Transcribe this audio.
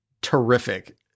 Terrific